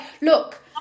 look